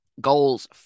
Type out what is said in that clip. Goals